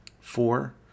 Four